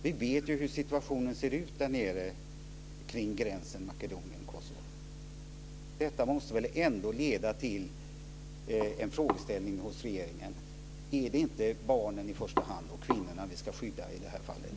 Vi vet hur situationen ser ut där nere kring gränsen mellan Makedonien och Kosovo. Detta måste väl ändå leda till en frågeställning hos regeringen. Är det inte barnen och kvinnorna i första hand som vi ska skydda i det här fallet?